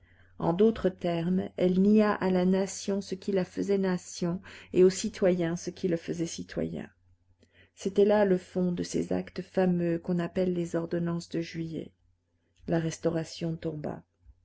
en d'autres termes elle nia à la nation ce qui la faisait nation et au citoyen ce qui le faisait citoyen c'est là le fond de ces actes fameux qu'on appelle les ordonnances de juillet la restauration tomba